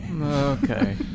Okay